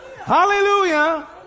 Hallelujah